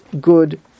good